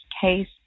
case